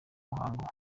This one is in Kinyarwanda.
muhango